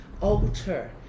alter